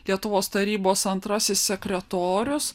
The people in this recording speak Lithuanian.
lietuvos tarybos antrasis sekretorius